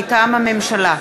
מטעם הממשלה: